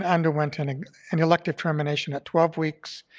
ah underwent and and an elective termination at twelve weeks.